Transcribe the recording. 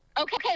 Okay